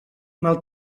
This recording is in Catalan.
mal